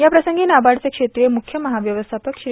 या प्रसंगी नाबार्डचे क्षेत्रीय मुख्य महाव्यवस्थापक श्री